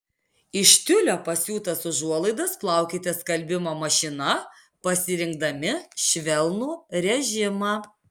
iš tiulio pasiūtas užuolaidas plaukite skalbimo mašina pasirinkdami švelnų režimą